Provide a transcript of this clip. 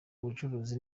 ubucuruzi